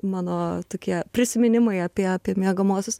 mano tokie prisiminimai apie miegamuosius